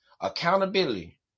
accountability